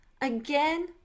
Again